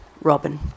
Robin